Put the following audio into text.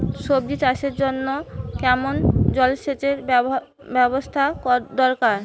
সবজি চাষের জন্য কেমন জলসেচের ব্যাবস্থা দরকার?